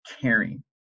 caring